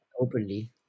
openly